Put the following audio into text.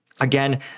again